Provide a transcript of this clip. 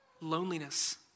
loneliness